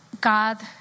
God